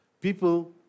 people